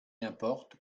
importe